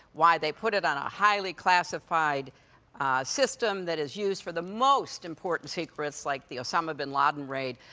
why they put it on a highly-classified system that is used for the most important secrets, like the osama bin laden raid,